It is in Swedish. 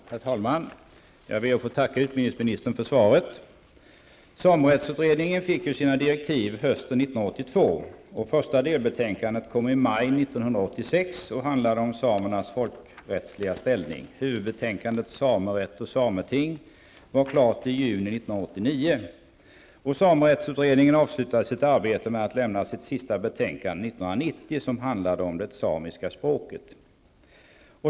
Herr talman! Jag ber att få tacka utbildningsministern för svaret. Samerättsutredningen fick ju sina direktiv hösten Huvudbetänkandet, Samerätt och sameting, var klart i juni 1989. Samerättsutredningen avslutade sitt arbete med att lämna sitt sista betänkande 1990. Det handlade om det samiska språket.